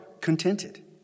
contented